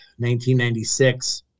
1996